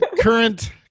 Current